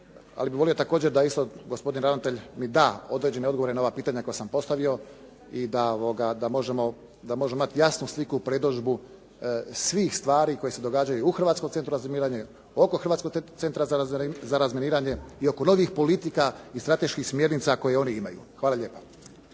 ali bih volio također da i sad gospodin ravnatelj mi da određene odgovore na ova pitanja koja sam postavio i da možemo imati jasnu sliku i predodžbu svih stvari koje se događaju u Hrvatskom centru za razminiranje, oko Hrvatskog centra za razminiranje i oko novih politika i strateških smjernica koje oni imaju. Hvala lijepa.